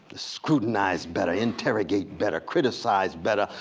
scrutinize better, interrogate better, criticize better,